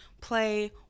play